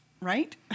right